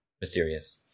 mysterious